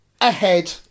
ahead